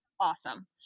awesome